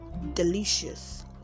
delicious